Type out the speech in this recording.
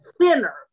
thinner